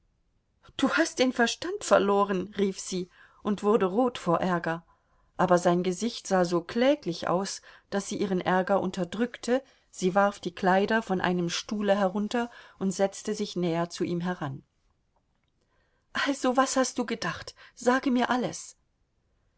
du hast den verstand verloren rief sie und wurde rot vor ärger aber sein gesicht sah so kläglich aus daß sie ihren ärger unterdrückte sie warf die kleider von einem stuhle herunter und setzte sich näher zu ihm heran also was hast du gedacht sage mir alles